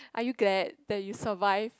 are you glad that you survive